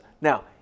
Now